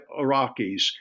Iraqis